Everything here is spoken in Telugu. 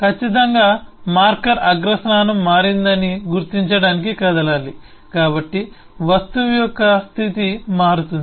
ఖచ్చితంగా మార్కర్ అగ్ర స్థానం మారిందని గుర్తించడానికి కదలాలి కాబట్టి వస్తువు యొక్క స్థితి మారుతుంది